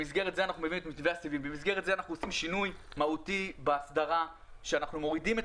במסגרת זאת אנחנו עושים שינוי מהותי בהסדרה כאשר אנחנו מורידים את